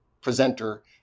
presenter